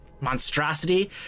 monstrosity